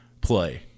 play